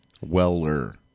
Weller